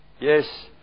Yes